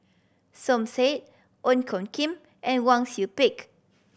Som Said Ong Tjoe Kim and Wang Sui Pick